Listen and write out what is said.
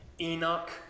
Enoch